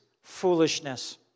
foolishness